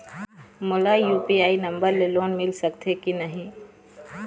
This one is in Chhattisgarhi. मोला यू.पी.आई नंबर ले लोन मिल सकथे कि नहीं?